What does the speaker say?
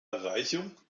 erreichung